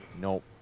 Nope